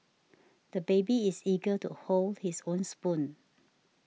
the baby is eager to hold his own spoon